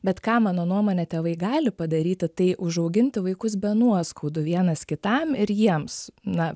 bet ką mano nuomone tėvai gali padaryti tai užauginti vaikus be nuoskaudų vienas kitam ir jiems na